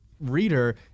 reader